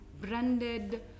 branded